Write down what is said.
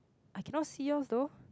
I cannot see yours though